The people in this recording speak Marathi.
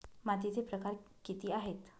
मातीचे प्रकार किती आहेत?